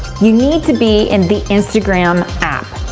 you need to be in the instagram app,